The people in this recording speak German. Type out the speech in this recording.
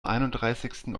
einunddreißigsten